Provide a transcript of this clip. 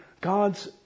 God's